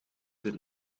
did